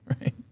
right